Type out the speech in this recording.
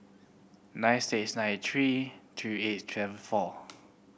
nine six nine three three eight twelve four